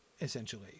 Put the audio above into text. essentially